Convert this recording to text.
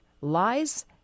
lies